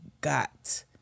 got